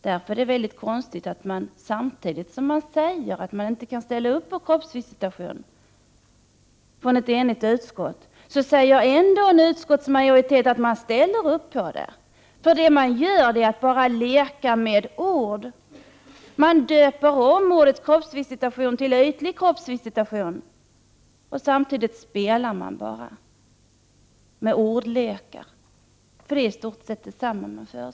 Det är därför mycket konstigt att utskottsmajoriteten ställer sig bakom ett sådant beslut, samtidigt som ett enigt utskott har uttalat att man inte ställer sig bakom en bestämmelse om kroppsvisitation. Det man gör är att leka med ord: man döper om kroppsvisitation till ytlig kroppsvisitation. Men det är i stort sett samma sak.